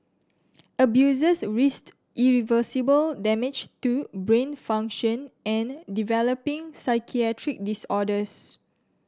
abusers risked irreversible damage to brain function and developing psychiatric disorders